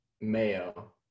mayo